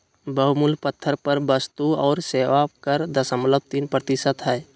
बहुमूल्य पत्थर पर वस्तु और सेवा कर दशमलव तीन प्रतिशत हय